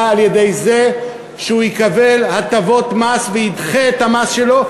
על-ידי זה שהוא יקבל הטבות מס וידחה את המס שלו,